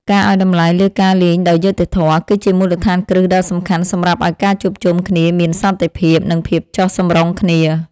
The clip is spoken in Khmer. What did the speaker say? ការឱ្យតម្លៃលើការលេងដោយយុត្តិធម៌ គឺជាមូលដ្ឋានគ្រឹះដ៏សំខាន់សម្រាប់ឱ្យការជួបជុំគ្នាមានសន្តិភាព និងភាពចុះសម្រុងគ្នា។